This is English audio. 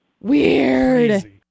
Weird